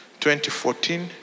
2014